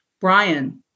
Brian